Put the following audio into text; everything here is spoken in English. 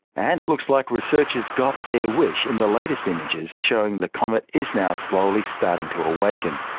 and it looks like researchers got their wish in the latest images showing the comet is now slowly starting to awaken.